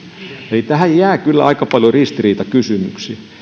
eli tähän jää kyllä aika paljon ristiriitakysymyksiä